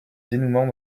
dénouement